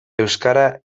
euskara